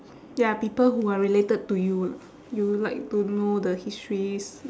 ya people who are related to you you like to know the histories